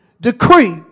decree